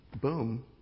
boom